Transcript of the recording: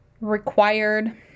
required